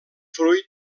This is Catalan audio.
fruit